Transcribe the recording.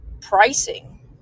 pricing